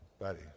buddy